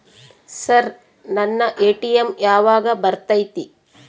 Sir ನನ್ನ ATM ಯಾವಾಗ ಬರತೈತಿ?